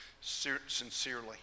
sincerely